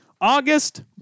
August